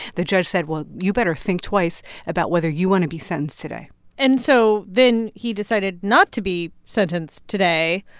the judge said, well, you better think twice about whether you want to be sentenced today and so then he decided not to be sentenced today.